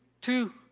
two